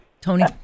Tony